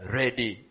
ready